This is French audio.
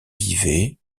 vivait